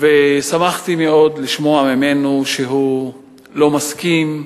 ושמחתי מאוד לשמוע ממנו שהוא לא מסכים,